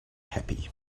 happy